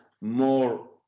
more